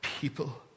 people